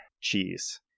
cheese